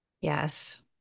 Yes